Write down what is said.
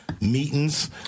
meetings